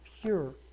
pure